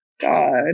god